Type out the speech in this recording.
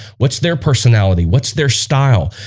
what's their personality? what's their style?